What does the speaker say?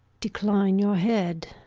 decline your head.